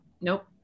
nope